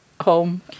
home